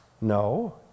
No